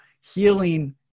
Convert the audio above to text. healing